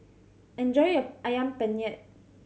enjoy your Ayam Penyet